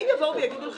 אני שואלת